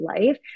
life